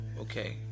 okay